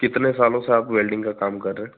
कितने सालों से आप वेल्डिंग का काम कर रहें